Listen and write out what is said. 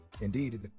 Indeed